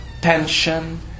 tension